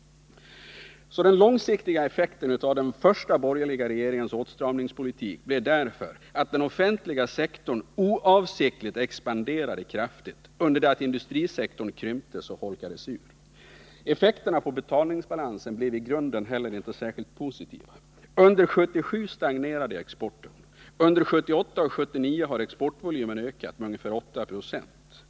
Den långsiktiga effekten av den första borgerliga regeringens åtstramningspolitik blev därför att den offentliga sektorn oavsiktligt expanderade kraftigt under det att industrisektorn krymptes och holkades ur. Effekterna på betalningsbalansen blev inte heller särskilt positiva. Under 1977 stagnerade exporten. Under 1978 och 1979 har exportvolymen ökat med ungefär 8 26 om året.